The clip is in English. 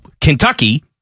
Kentucky